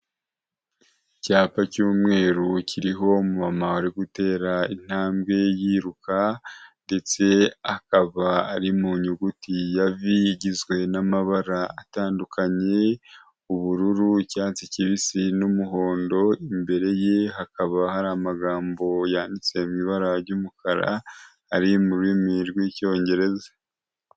Icyapa cy'umweru kiriho umumama arigutera intambwe yiruka, ndetse akaba ari mu nyuguti ya V igizwe n'amabara atandukanye ubururu, icyatsi kibisi n'umuhondo, imbere ye hakaba hari amagambo yanditse mu ibara ry'umukara, ari mu rurimi rw'Icyongereza.